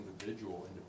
individual